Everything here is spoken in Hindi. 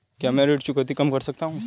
क्या मैं ऋण चुकौती कम कर सकता हूँ?